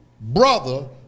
brother